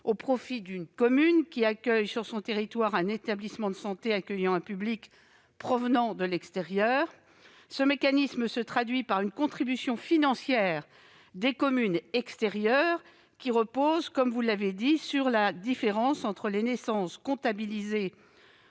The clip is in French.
au profit d'une commune ayant sur son territoire un établissement de santé accueillant un public provenant de l'extérieur. Ce mécanisme se traduit par une contribution financière des communes extérieures, qui repose- vous l'avez souligné -sur la différence entre les naissances comptabilisées